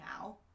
now